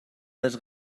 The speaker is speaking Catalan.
les